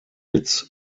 its